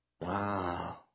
Wow